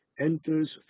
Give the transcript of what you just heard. enters